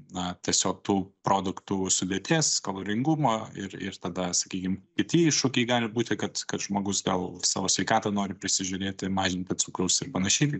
na tiesiog tų produktų sudėties kaloringumo ir ir tada sakykim kiti iššūkiai gali būti kad kad žmogus gal savo sveikatą nori prisižiūrėti mažinti cukraus ir panašiai